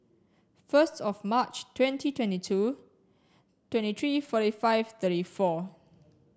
first of March twenty twenty two twenty three forty five thirty four